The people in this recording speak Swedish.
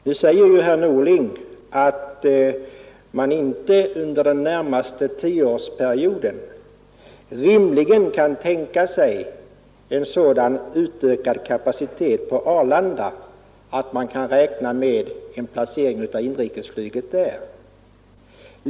Nu säger ju herr Norling att man inte under den närmaste tioårsperioden rimligen kan tänka sig en sådan utökad kapacitet på Arlanda att man kan räkna med en placering av inrikesflyget där.